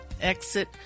exit